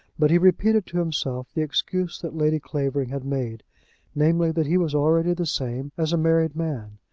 but he repeated to himself the excuse that lady clavering had made namely, that he was already the same as a married man,